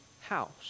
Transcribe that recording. house